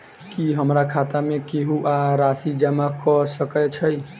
की हमरा खाता मे केहू आ राशि जमा कऽ सकय छई?